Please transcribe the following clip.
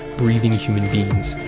breathing human beings?